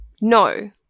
No